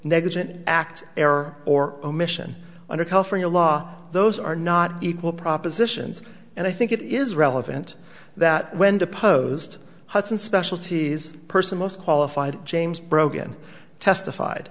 negligent act error or omission under california law those are not equal propositions and i think it is relevant that when deposed hudson specialities person most qualified james brogan testified